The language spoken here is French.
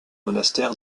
monastère